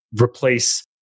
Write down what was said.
replace